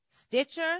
Stitcher